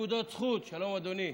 נקודות זכות שלום, אדוני,